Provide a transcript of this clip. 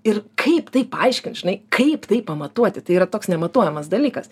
ir kaip tai paaiškint žinai kaip tai pamatuoti tai yra toks nematuojamas dalykas